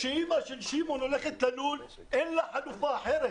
כשאימא של שמעון הולכת ללול, אין לה חלופה אחרת.